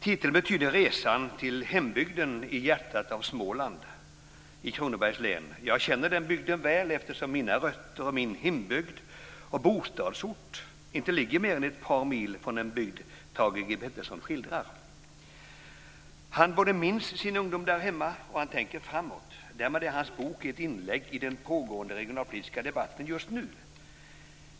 Titeln syftar på resan till hans hembygd i hjärtat av Småland, i Kronobergs län. Jag känner den bygden väl, eftersom mina rötter, min hembygd och min bostadsort inte ligger mer än ett par mil från den bygd som Thage G Peterson skildrar. Han både minns sin ungdom där hemma och tänker framåt. Därmed blir hans bok ett inlägg i den pågående regionalpolitiska debatten just nu.